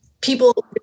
people